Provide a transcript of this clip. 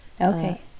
Okay